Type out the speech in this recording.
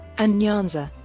and nyanza,